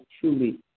truly